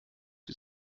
sie